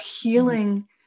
healing